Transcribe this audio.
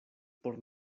por